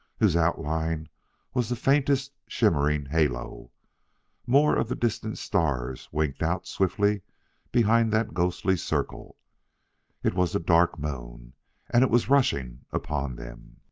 whose outline was the faintest shimmering halo more of the distant stars winked out swiftly behind that ghostly circle it was the dark moon and it was rushing upon them!